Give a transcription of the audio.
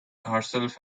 herself